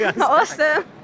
Awesome